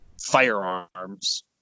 firearms